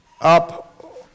up